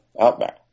outback